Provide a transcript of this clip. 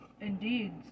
Indeed